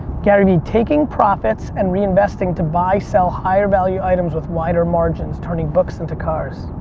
garyvee, taking profits and re-investing to buy, sell higher value items with wider margins. turning books into cars.